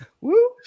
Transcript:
woo